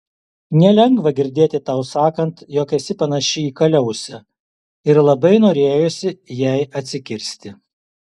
nelengva girdėti tau sakant jog esi panaši į kaliausę ir labai norėjosi jai atsikirsti